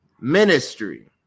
ministry